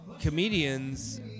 comedians